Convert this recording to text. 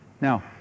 Now